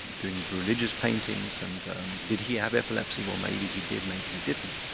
doing religious paintings and did he have epilepsy? well may be he did, maybe he didn't.